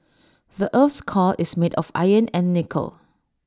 the Earth's core is made of iron and nickel